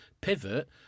pivot